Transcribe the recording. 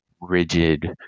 rigid